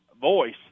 voice